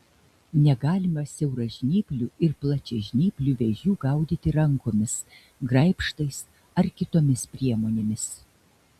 negalima siauražnyplių ir plačiažnyplių vėžių gaudyti rankomis graibštais ar kitomis priemonėmis